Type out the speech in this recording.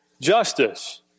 justice